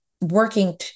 working